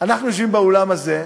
אנחנו יושבים באולם הזה,